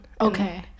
okay